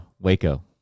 Waco